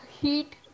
heat